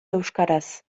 euskaraz